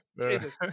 Jesus